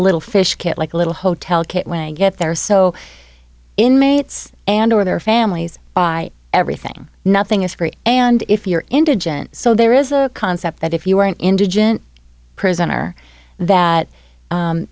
little fish kit like a little hotel kit when i get there so inmates and or their families buy everything nothing is free and if you're indigent so there is a concept that if you are an indigent prisoner that